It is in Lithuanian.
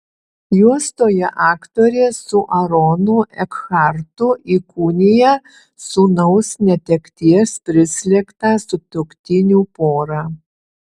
juostoje aktorė su aronu ekhartu įkūnija sūnaus netekties prislėgtą sutuoktinių porą